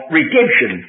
redemption